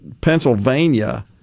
Pennsylvania